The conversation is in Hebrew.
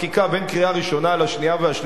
בין קריאה ראשונה לשנייה ולשלישית,